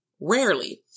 Rarely